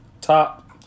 top